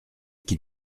qui